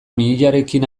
mihiarekin